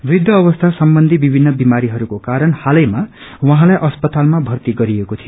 वृद्ध अवस्था सम्वन्धी विभिन्न विमारीहरूको कारण हलैमा उहाँलाई अस्पतालमा भर्ती गरिएको थियो